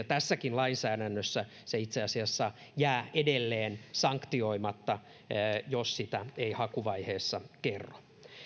tässäkin lainsäädännössä se itse asiassa jää edelleen sanktioimatta jos sitä ei hakuvaiheessa kerro